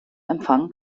empfang